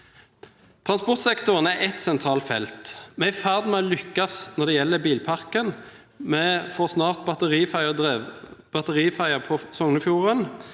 Transportsektoren er ett sentralt felt. Vi er i ferd med å lykkes når det gjelder bilparken. Vi får snart batteridrevet ferje på Sognefjorden.